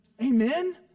Amen